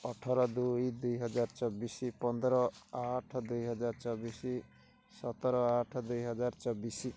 ଅଠର ଦୁଇ ଦୁଇହଜାର ଚବିଶ ପନ୍ଦର ଆଠ ଦୁଇହଜାର ଚବିଶ ସତର ଆଠ ଦୁଇହଜାର ଚବିଶ